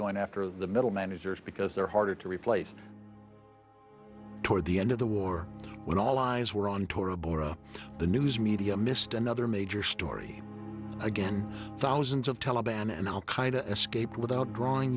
going after the middle managers because they're harder to replace toward the end of the war when all eyes were on tora bora the news media missed another major story again thousands of taliban and al qaeda escaped without drawing